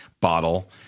bottle